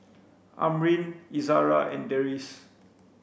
Amrin Izara and Deris